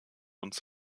uns